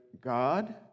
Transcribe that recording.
God